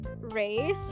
race